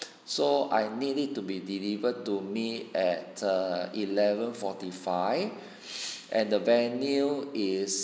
so I need it to be delivered to me at a eleven forty five and the venue is